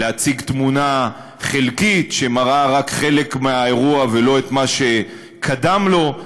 להציג תמונה חלקית שמראה רק חלק מהאירוע ולא את מה שקדם לו.